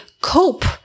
cope